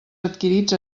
adquirits